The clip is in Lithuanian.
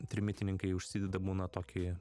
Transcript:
trimitininkai užsideda būna tokį